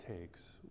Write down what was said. takes